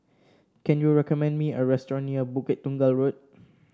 can you recommend me a restaurant near Bukit Tunggal Road